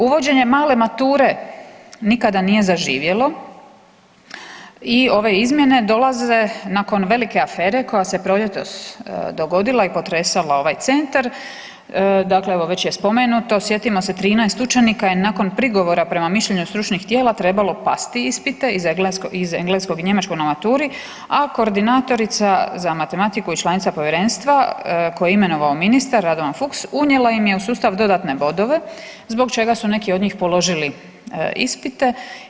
Uvođenjem male mature nikada nije zaživjelo i ove izmjene dolaze nakon velike afere koja se proljetos dogodila i potresala ovaj centar, dakle evo već je spomenuto, sjetimo se 13 učenika je nakon prigovora prema mišljenju stručnih tijela trebalo pasti ispite iz engleskog i njemačkog na maturi, a koordinatorica za matematiku i članica povjerenstva koju je imenovao ministar Radovan Fuchs unijela im je u sustav dodatne bodove zbog čega su neki od njih položili ispite.